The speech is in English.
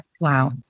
Wow